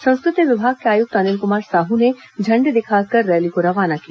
संस्कृति विभाग के आयुक्त अनिल कुमार साहू ने झण्डी दिखाकर रैली को रवाना किया